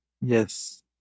Yes